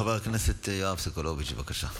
חבר הכנסת יואב סגלוביץ', בבקשה.